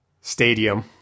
stadium